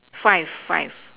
five five